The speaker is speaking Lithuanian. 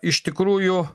iš tikrųjų